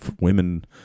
women